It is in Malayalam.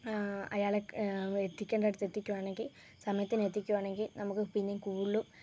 അയാളെ എത്തിക്കേണ്ട ഇടത്ത് എത്തിക്കുവാണെങ്കിൽ സമയത്തിന് എത്തിക്കുവാണെങ്കിൽ നമുക്ക് പിന്നെയും കൂടുതലും